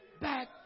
back